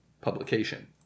publication